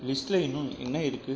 லிஸ்டில் இன்னும் என்ன இருக்குது